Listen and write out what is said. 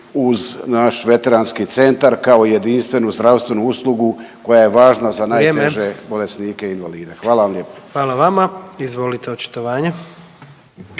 uz naš veteranski centar kao jedinstvenu zdravstvenu uslugu koja je važna za najteže bolesnike invalide. Hvala vam lijepo. **Jandroković, Gordan